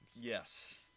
Yes